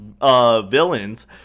villains